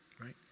right